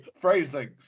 phrasing